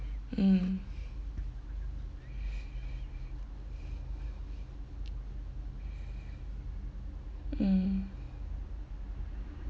mm mm